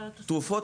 תרופות